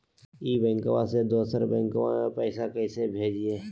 ई बैंकबा से दोसर बैंकबा में पैसा कैसे भेजिए?